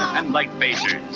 and light phasers.